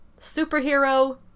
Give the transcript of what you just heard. superhero